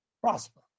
Prosper